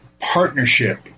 partnership